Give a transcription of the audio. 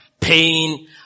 pain